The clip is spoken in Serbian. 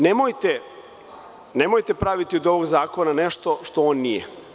Nemojte praviti od ovog zakona nešto što on nije.